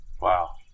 Wow